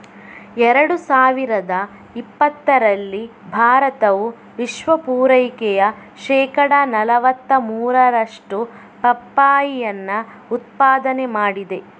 ಎರಡು ಸಾವಿರದ ಇಪ್ಪತ್ತರಲ್ಲಿ ಭಾರತವು ವಿಶ್ವ ಪೂರೈಕೆಯ ಶೇಕಡಾ ನಲುವತ್ತ ಮೂರರಷ್ಟು ಪಪ್ಪಾಯಿಯನ್ನ ಉತ್ಪಾದನೆ ಮಾಡಿದೆ